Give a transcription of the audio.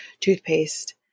toothpaste